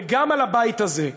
וגם על הבית הזה.